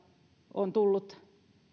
tullut